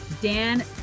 Dan